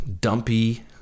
dumpy